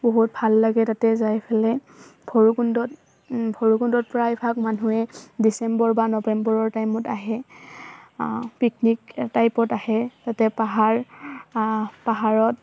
বহুত ভাল লাগে তাতে যাই ফেলে ভৈৰৱকুণ্ডত ভৈৰৱকুণ্ডত প্ৰায়ভাগ মানুহে ডিচেম্বৰ বা নৱেম্বৰৰ টাইমত আহে পিকনিক টাইপত আহে তাতে পাহাৰ পাহাৰত